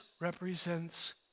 represents